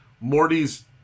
Morty's